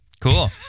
Cool